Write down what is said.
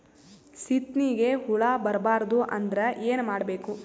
ಸೀತ್ನಿಗೆ ಹುಳ ಬರ್ಬಾರ್ದು ಅಂದ್ರ ಏನ್ ಮಾಡಬೇಕು?